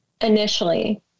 initially